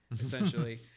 essentially